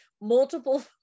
multiple